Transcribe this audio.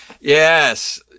Yes